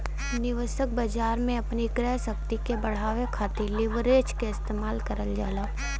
निवेशक बाजार में अपनी क्रय शक्ति के बढ़ावे खातिर लीवरेज क इस्तेमाल करल जाला